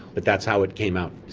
but that's how it came out.